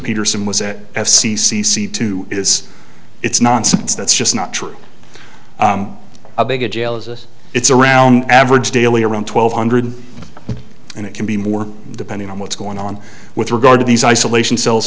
peterson was a f c c c two is it's nonsense that's just not true a big jail it's around average daily around twelve hundred and it can be more depending on what's going on with regard to these isolation cells